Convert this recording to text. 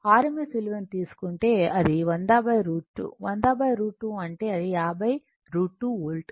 rms విలువను తీసుకుంటే అది 100 √ 2 100 √ 2 అంటే అది 50 √ 2 వోల్ట్